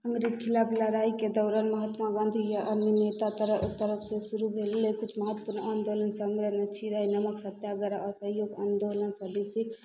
अङ्ग्रेजके खिलाफ लड़ाइके दौरान महात्मा गांँधी या अन्य नेता तरफ तरफ से शुरू भेल रहै किछु महत्वपूर्ण आंदोलन सबिनय नमक सत्याग्रह असहयोग आंदोलन स्वदेशी